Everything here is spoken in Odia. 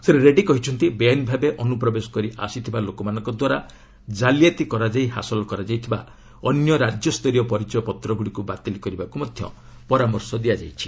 ଶ୍ରୀ ରେଡ଼ି କହିଛନ୍ତି ବେଆଇନ ଭାବେ ଅନୁପ୍ରବେଶ କରି ଆସିଥିବା ଲୋକମାନଙ୍କଦ୍ୱାରା ଜାଲିଆତି କରାଯାଇ ହାସଲ କରାଯାଇଥିବା ଅନ୍ୟ ରାଜ୍ୟସ୍ତରୀୟ ପରିଚୟ ପତ୍ରଗୁଡ଼ିକୁ ବାତିଲ୍ କରିବାକୁ ମଧ୍ୟ ପରାମର୍ଶ ଦିଆଯାଇଛି